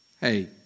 Hey